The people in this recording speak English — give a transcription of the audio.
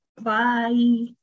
Bye